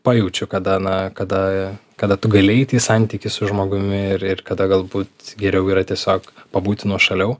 pajaučiu kada na kada kada tu gali eiti į santykį su žmogumi ir ir kada galbūt geriau yra tiesiog pabūti nuošaliau